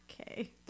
Okay